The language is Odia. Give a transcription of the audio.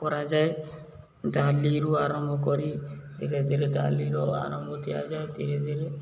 କରାଯାଏ ଡାଲିରୁ ଆରମ୍ଭ କରି ଧୀରେ ଧୀରେ ଡାଲିର ଆରମ୍ଭ ଦିଆଯାଏ ଧୀରେ ଧୀରେ